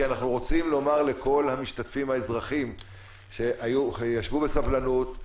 כי אנחנו רוצים לומר לכל המשתתפים האזרחיים שישבו בסבלנות,